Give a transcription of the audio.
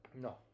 No